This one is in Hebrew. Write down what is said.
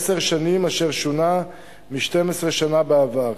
עשר שנים, אשר שונה מ-12 שנה בעבר.